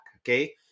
okay